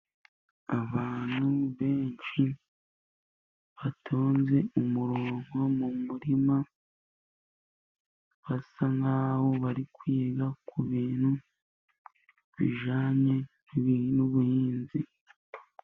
Abantu benshi batonze umurongo mu murima， basa nk'aho bari kwiga ku bintu bijyanye n'ubuhinzi.